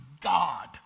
God